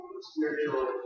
spiritual